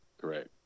Correct